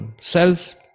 cells